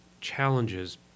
challenges